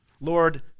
Lord